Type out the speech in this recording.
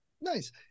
Nice